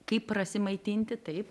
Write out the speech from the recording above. kaip prasimaitinti taip